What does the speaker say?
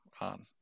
on